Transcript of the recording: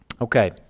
Okay